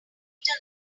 peter